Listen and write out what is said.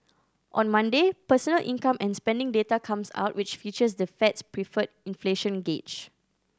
on Monday personal income and spending data comes out which features the Fed's preferred inflation gauge